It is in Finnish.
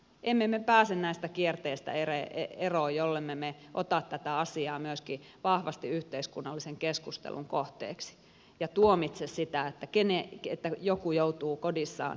emme me pääse tästä kierteestä eroon jollemme me ota tätä asiaa myöskin vahvasti yhteiskunnallisen keskustelun kohteeksi ja tuomitse sitä että joku joutuu kodissaan pelkäämään väkivaltaa